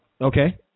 Okay